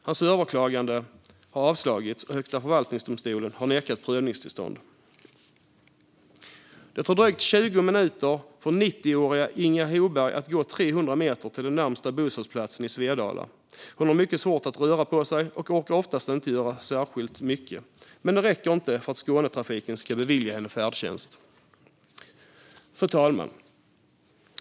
Hans överklagande har avslagits och Högsta förvaltningsdomstolen har nekat prövningstillstånd." "Det tar lite drygt 20 minuter för 90-åriga Inga Hoberg att gå 300 meter till den närmaste busshållplatsen i Svedala. Hon har svårt att röra på sig och orkar oftast inte göra så särskilt mycket. Men det räcker inte för att Skånetrafiken ska bevilja henne färdtjänst." Fru talman!